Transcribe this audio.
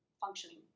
Functioning